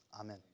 Amen